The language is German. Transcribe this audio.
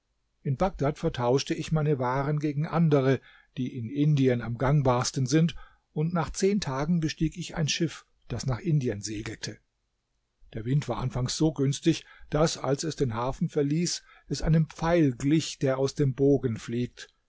in bagdad vertauschte ich meine waren gegen andere die in indien am gangbarsten sind und nach zehn tagen bestieg ich ein schiff das nach indien segelte der wind war anfangs so günstig daß als es den hafen verließ es einem pfeil glich der aus dem bogen fliegt